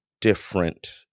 different